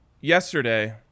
yesterday